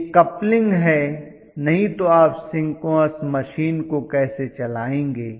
यह कप्लिंग है नहीं तो आप सिंक्रोनस मशीन को कैसे चलाएंगे